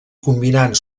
combinant